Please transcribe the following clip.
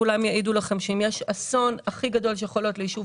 כולם יעידו שאם יש אסון הכי גדול שיכול להיות ליישוב